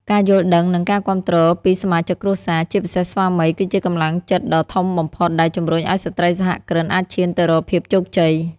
ការយល់ដឹង និងការគាំទ្រពីសមាជិកគ្រួសារ ជាពិសេសស្វាមី គឺជាកម្លាំងចិត្តដ៏ធំបំផុតដែលជំរុញឱ្យស្ត្រីសហគ្រិនអាចឈានទៅរកភាពជោគជ័យ។